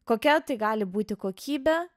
kokia tai gali būti kokybė